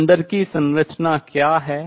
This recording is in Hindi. अंदर की संरचना क्या है